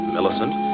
Millicent